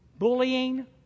Bullying